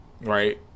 right